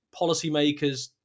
policymakers